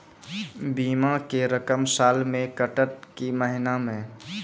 बीमा के रकम साल मे कटत कि महीना मे?